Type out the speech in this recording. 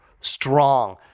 strong